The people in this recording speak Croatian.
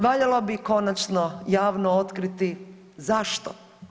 Valjalo bi konačno javno otkriti zašto.